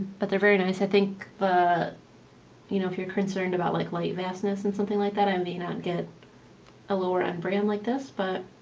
but they're very nice. i think you know if you're concerned about like light fastness and something like that. i may not get a lower end brand like this but